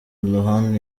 lohan